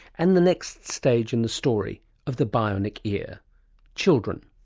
and the next stage in the story of the bionic ear children.